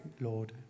Lord